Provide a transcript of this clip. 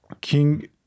King